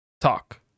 talk